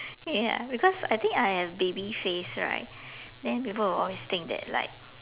ya because I think I have baby face right then people will always think that like